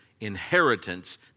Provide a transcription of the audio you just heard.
inheritance